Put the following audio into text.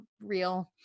real